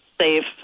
safe